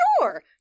Sure